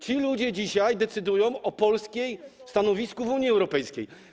Ci ludzie dzisiaj decydują o polskim stanowisku w Unii Europejskiej.